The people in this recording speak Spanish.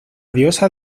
diosa